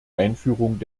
einführung